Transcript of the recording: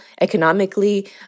economically